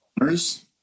owners